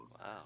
Wow